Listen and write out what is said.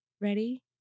ready